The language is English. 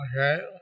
Okay